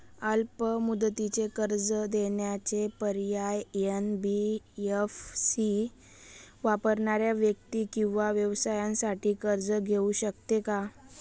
अल्प मुदतीचे कर्ज देण्याचे पर्याय, एन.बी.एफ.सी वापरणाऱ्या व्यक्ती किंवा व्यवसायांसाठी कर्ज घेऊ शकते का?